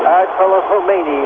ayatollah khomeini,